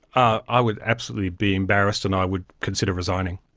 ah i would absolutely be embarrassed and i would consider resigning.